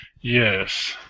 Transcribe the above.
Yes